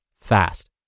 fast